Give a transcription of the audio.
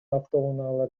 автоунаалар